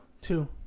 Two